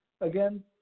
again